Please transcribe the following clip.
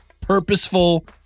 purposeful